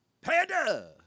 Panda